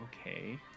okay